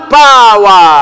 power